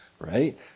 right